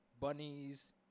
bunnies